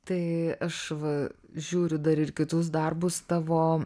tai aš va žiūriu dar ir kitus darbus tavo